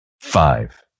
Five